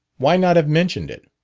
why not have mentioned it?